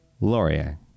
Laurier